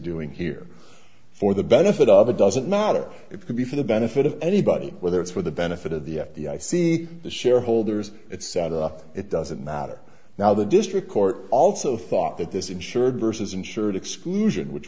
doing here for the benefit of it doesn't matter it could be for the benefit of anybody whether it's for the benefit of the f b i see the shareholders etc it doesn't matter now the district court also thought that this insured vs insured exclusion which